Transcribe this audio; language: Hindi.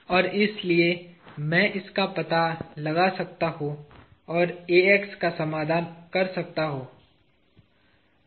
और इसलिए मैं इसका पता लगा सकता हूं और मैं का समाधान कर सकता हूं